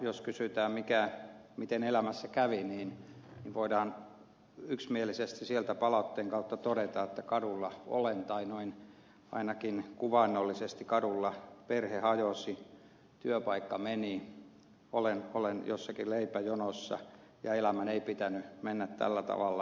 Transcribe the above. jos heiltä kysytään miten elämässä kävi niin voidaan yksimielisesti sieltä palautteen kautta todeta että kadulla olen tai noin ainakin kuvaannollisesti kadulla perhe hajosi työpaikka meni olen jossakin leipäjonossa ja elämän ei pitänyt mennä tällä tavalla